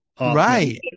right